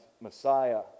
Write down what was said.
messiah